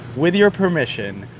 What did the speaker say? with your permission,